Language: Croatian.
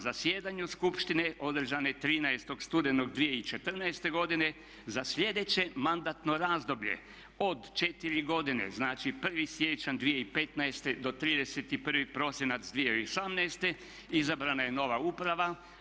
zasjedanju skupštine održane 13. studenog 2014. godine za sljedeće mandatno razdoblje od 4 godine, znači 1. siječanj 2015. do 31. prosinac 2018. izabrana je nova uprava.